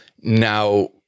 now